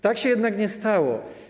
Tak się jednak nie stało.